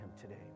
today